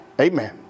Amen